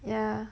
yah